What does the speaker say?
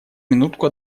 минутку